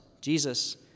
Jesus